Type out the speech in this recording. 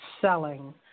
selling